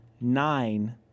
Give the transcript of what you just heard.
nine